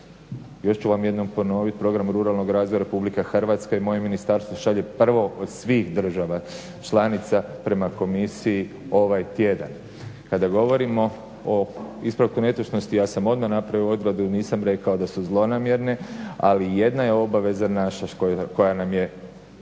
Još ću vam jednom ponoviti. Program ruralnog razvoja Republike Hrvatske i moje ministarstvo šalje prvo od svih država članica prema Komisiji ovaj tjedan. Kada govorimo o ispravku netočnosti ja sam odmah napravio …/Govornik se ne razumije./… nisam rekao da su zlonamjerne, ali jedna je obaveza naša koja nam je